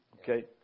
Okay